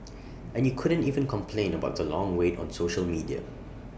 and you couldn't even complain about the long wait on social media